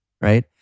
right